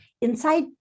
inside